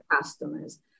customers